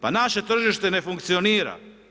Pa naše tržište ne funkcionira.